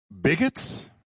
bigots